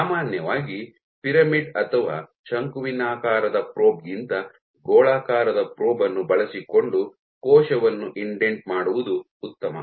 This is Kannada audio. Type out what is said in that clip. ಸಾಮಾನ್ಯವಾಗಿ ಪಿರಮಿಡ್ ಅಥವಾ ಶಂಕುವಿನಾಕಾರದ ಪ್ರೋಬ್ ಗಿಂತ ಗೋಳಾಕಾರದ ಪ್ರೋಬ್ ಅನ್ನು ಬಳಸಿಕೊಂಡು ಕೋಶವನ್ನು ಇಂಡೆಂಟ್ ಮಾಡುವುದು ಉತ್ತಮ